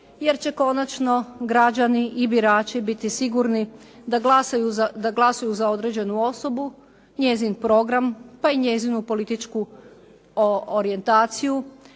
jer će konačno građani i birači biti sigurni da glasuju za određenu osobu, njezin program, pa i njezinu političku orijentaciju,